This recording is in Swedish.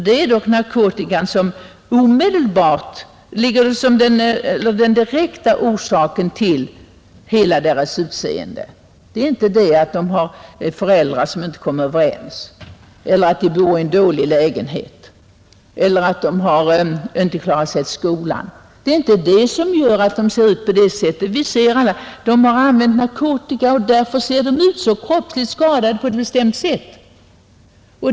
Det är dock narkotikan som är den direkta orsaken till hela deras utseende. Det är inte det att de har föräldrar som inte kommer överens eller att de bor i en dålig lägenhet eller att de inte klarat skolan som gör att de ser ut på det sätt de gör. Vi ser alla att de har använt narkotika och därför är kroppsligt skadade på ett bestämt sätt.